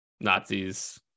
Nazis